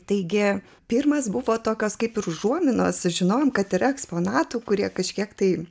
taigi pirmas buvo tokios kaip ir užuominos sužinojome kad yra eksponatų kurie kažkiek tai